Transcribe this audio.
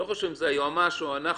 לא חשוב אם זה היועמ"ש או אנחנו.